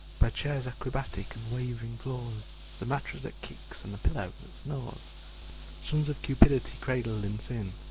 by chairs acrobatic and wavering floors the mattress that kicks and the pillow that snores! sons of cupidity, cradled in sin!